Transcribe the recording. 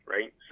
Right